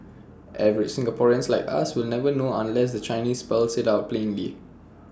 average Singaporeans like us will never know unless the Chinese spells IT out plainly